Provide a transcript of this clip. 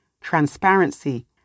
transparency